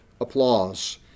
applause